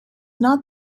not